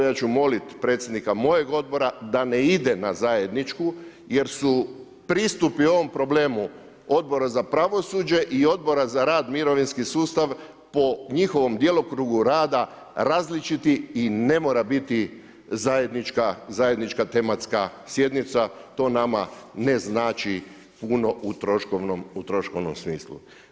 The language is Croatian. Ja ću moliti predsjednika mojeg odbora da ne ide na zajedničku jer su pristupi ovom problemu Odbora za pravosuđe i Odbora za rad, mirovinski sustav po njihovom djelokrugu rada različiti i ne mora biti zajednička tematska sjednica, to nama ne znači puno u troškovnom smislu.